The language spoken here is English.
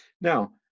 Now